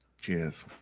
Cheers